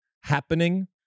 happening